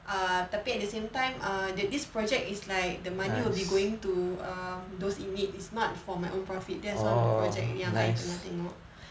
err tapi at the same time err that this project is like the money will be going to err those in need is not for my own profit that's one of the project yang I tengah tengok